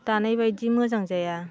दानाय बायदि मोजां जाया